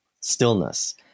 stillness